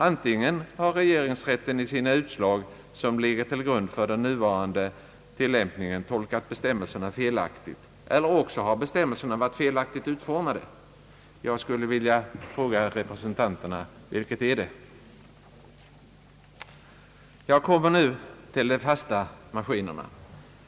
Antingen har regeringsrätten i sina utslag, som legat till grund för den nuvarande tillämpningen, tolkat bestämmelserna felaktigt, eller också har bestämmelserna varit felaktigt utformade. Jag skulle vilja fråga reservanterna: Vilket är det? Jag kommer nu till de fasta maskinerna.